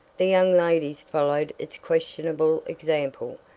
the young ladies followed its questionable example,